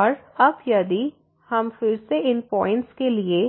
और अब यदि हम फिर से उन पॉइंट्स के लिए